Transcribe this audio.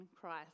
Christ